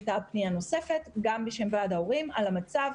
הייתה פנייה נוספת גם בשם ועד ההורים על המצב.